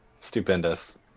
Stupendous